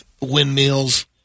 windmills